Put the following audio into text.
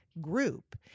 group